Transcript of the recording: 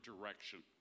direction